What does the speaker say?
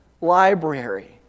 library